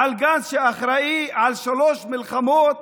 על גנץ, שאחראי לשלוש מלחמות